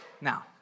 Now